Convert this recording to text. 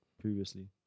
previously